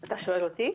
אתה שואל אותי?